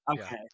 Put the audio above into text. okay